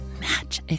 match